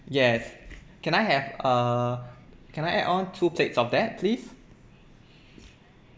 yes can I have err can I add on two plates of that please